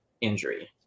injury